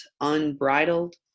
unbridled